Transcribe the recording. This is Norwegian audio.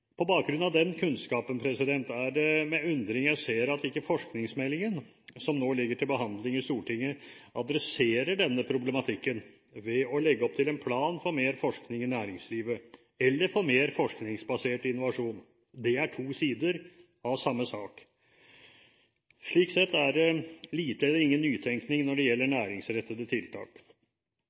På bakgrunn av den kunnskapen er det med undring jeg ser at forskningsmeldingen som nå ligger til behandling i Stortinget, ikke adresserer denne problematikken ved å legge opp til en plan for mer forskning i næringslivet, eller å få mer forskningsbasert innovasjon. Det er to sider av samme sak. Slik sett er det lite eller ingen nytenkning når det gjelder næringsrettede tiltak.